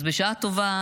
אז בשעה טובה,